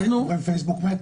גם פייסבוק מתה.